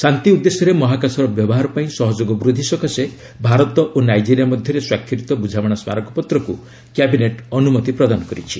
ଶାନ୍ତି ଉଦ୍ଦେଶ୍ୟରେ ମହାକାଶର ବ୍ୟବହାର ପାଇଁ ସହଯୋଗ ବୃଦ୍ଧି ସକାଶେ ଭାରତ ଓ ନାଇଜେରିଆ ମଧ୍ୟରେ ସ୍ୱାକ୍ଷରିତ ବୁଝାମଣା ସ୍କାରକପତ୍ରକୁ କ୍ୟାବିନେଟ୍ ଅନୁମତି ପ୍ରଦାନ କରିଛି